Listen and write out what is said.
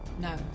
No